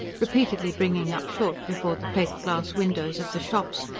repeatedly bringing up short before the plate-glass windows of the shops,